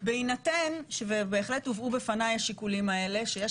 בהחלט הובאו בפניי השיקולים האלה שיש